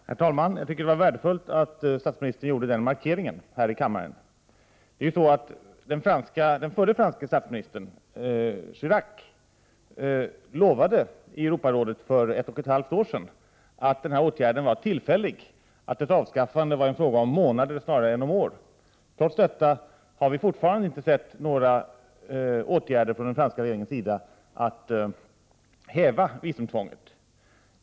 Herr talman! Jag tycker att det var värdefullt att statsministern gjorde denna markering här i kammaren. Den förre franske premiärministern Chirac lovade i Europarådet för ett och ett halvt år sedan att den här åtgärden skulle vara tillfällig och att det var fråga om månader snarare än om år när det gällde avskaffande av visumtvånget. Trots det har vi fortfarande inte sett några åtgärder vidtas från den franska regeringens sida för att häva visumtvånget.